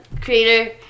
creator